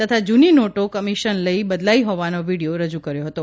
તથા જૂની નોટો કમીશન લઇ બદલાઇ હોવાનો વીડીયો રજ્ કર્યો હતો